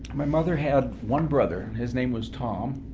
my mother had one brother his name was tom.